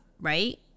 Right